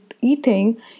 eating